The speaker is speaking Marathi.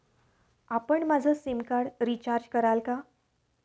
आपण माझं सिमकार्ड रिचार्ज कराल का?